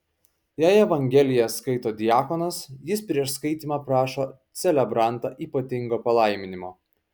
jei evangeliją skaito diakonas jis prieš skaitymą prašo celebrantą ypatingo palaiminimo